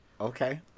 Okay